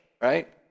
right